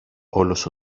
όλος